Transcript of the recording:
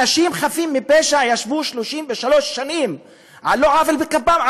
אנשים חפים מפשע ישבו 33 שנים על לא עוול בכפם,